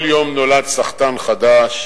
כל יום נולד סחטן חדש